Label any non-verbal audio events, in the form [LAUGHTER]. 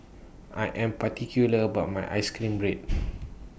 I Am particular about My Ice Cream Bread [NOISE]